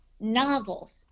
novels